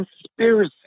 conspiracy